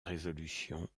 résolution